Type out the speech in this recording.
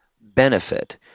benefit